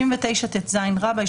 59טז רבה,